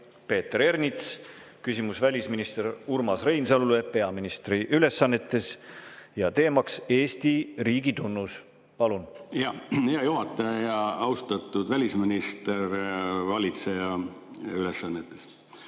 ja teema on Eesti riigitunnus. Palun! Hea juhataja! Austatud välisminister valitseja ülesannetes!